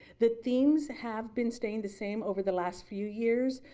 the themes have been staying the same over the last few years.